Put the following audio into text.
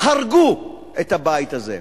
הרגו את הבית הזה.